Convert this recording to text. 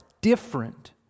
different